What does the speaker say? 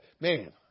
man